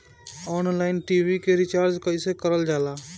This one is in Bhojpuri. ऑनलाइन टी.वी के रिचार्ज कईसे करल जाला?